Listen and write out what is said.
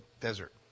desert